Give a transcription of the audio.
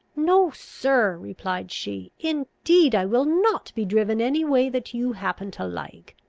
no, sir, replied she, indeed i will not be driven any way that you happen to like.